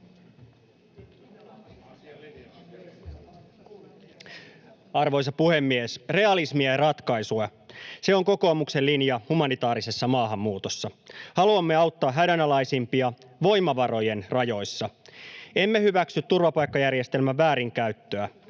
Arvoisa puhemies! Realismia ja ratkaisuja — se on kokoomuksen linja humanitaarisessa maahanmuutossa. Haluamme auttaa hädänalaisimpia, voimavarojen rajoissa. Emme hyväksy turvapaikkajärjestelmän väärinkäyttöä.